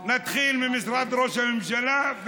נתחיל ממשרד ראש הממשלה,